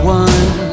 one